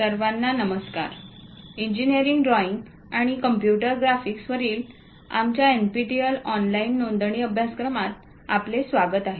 सर्वांना नमस्कार engineering drawing आणि कम्प्युटर ग्राफिक्सवरील आमच्या एनपीटीईएल ऑनलाइन नोंदणी अभ्यासक्रमात आपले स्वागत आहे